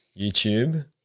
YouTube